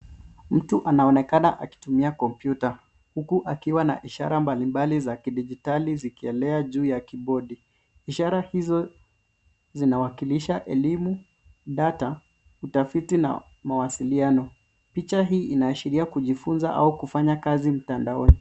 Mtu anaonekana akitumia kompyuta huku akiwa na ishara mbalimbai za kidijitali zikielea juu ya kibodi. Ishara hizo zinawakilisha elimu, data, utafiti na mawasiliano. Piacha hii inaashiria kujifunza au kufanya kazi mtandaoni.